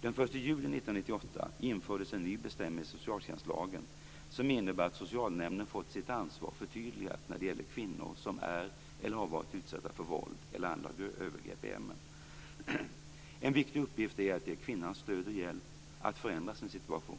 Den 1 juli 1998 infördes en ny bestämmelse i socialtjänstlagen som innebär att socialnämnden fått sitt ansvar förtydligat när det gäller kvinnor som är eller har varit utsatta för våld eller andra övergrepp i hemmet. En viktig uppgift är att ge kvinnan stöd och hjälp att förändra sin situation.